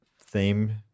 theme